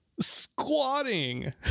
squatting